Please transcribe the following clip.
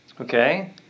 Okay